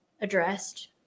addressed